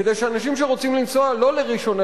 כדי שאנשים שרוצים לנסוע לא לראשון,